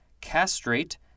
castrate